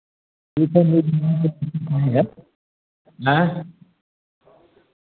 ठीक है जी हैं